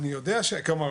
כלומר,